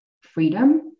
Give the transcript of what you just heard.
freedom